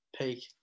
peak